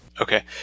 okay